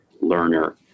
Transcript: learner